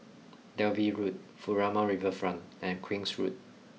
Dalvey Road Furama Riverfront and Queen's Road